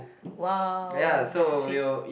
!wow! that's a fate